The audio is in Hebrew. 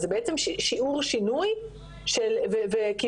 אז זה בעצם שיעור שינוי וכיוון.